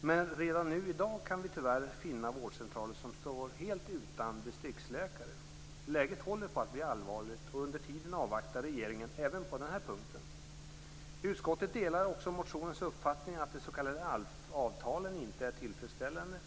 Men redan i dag kan vi tyvärr finna vårdcentraler som står helt utan distriktsläkare. Läget håller på att bli allvarligt, och under tiden avvaktar regeringen även på denna punkt. Utskottet delar också motionärens uppfattning att de s.k. ALF-avtalen inte är tillfredsställande.